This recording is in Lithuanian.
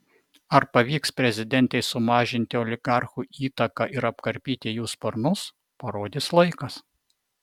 ar pavyks prezidentei sumažinti oligarchų įtaką ir apkarpyti jų sparnus parodys laikas